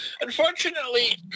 Unfortunately